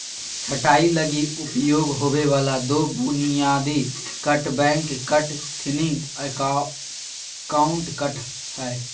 छंटाई लगी उपयोग होबे वाला दो बुनियादी cut back cut, thinning out cut हइ